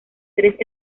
tres